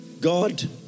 God